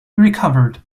recovered